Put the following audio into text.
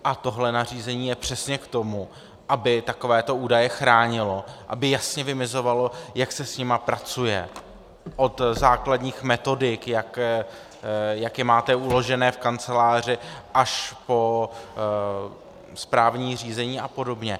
A tohle nařízení je přesně k tomu, aby takovéto údaje chránilo, aby jasně vymezovalo, jak se s nimi pracuje, od základních metodik, jak je máte uložené v kanceláři, až po správní řízení a podobně.